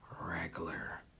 regular